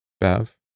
Bev